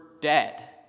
dead